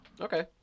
Okay